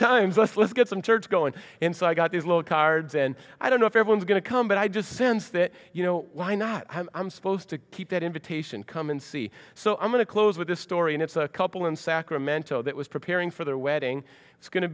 times let's get some church going and so i got these little cards and i don't know if anyone's going to come but i just sense that you know why not i'm supposed to keep that invitation come and see so i'm going to close with this story and it's a couple in sacramento that was preparing for their wedding it's go